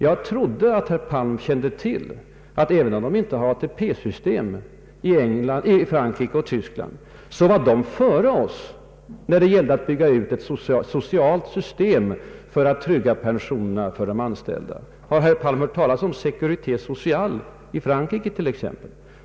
Jag trodde att herr Palm kände till, att även om dessa länder inte har ATP system, var de före oss när det gällde att bygga ut sociala system för att trygga pensionerna för de anställda. Har herr Palm hört talas om Sécurité Sociale i Frankrike t.ex.?